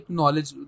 knowledge